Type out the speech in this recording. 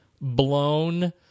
blown